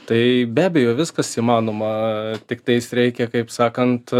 tai be abejo viskas įmanoma tiktais reikia kaip sakant